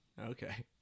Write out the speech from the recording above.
Okay